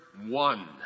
one